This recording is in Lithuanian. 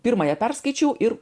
pirmąją perskaičiau ir